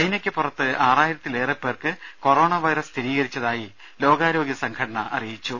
ചൈനയ്ക്ക് പുറത്ത് ആറായിരത്തിലേറെ പേർക്ക് കൊറോണ വൈറസ് സ്ഥിരീകരിച്ചതായി ലോകാരോഗ്യ സംഘടന അറിയിച്ചു